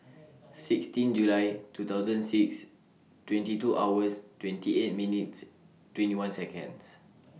sixteen July two thousand six twenty two hours twenty eight minutes twenty one Seconds